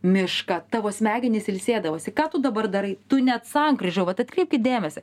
mišką tavo smegenys ilsėdavosi ką tu dabar darai tu net sankryžoj vat atkreipkit dėmesį